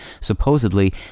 Supposedly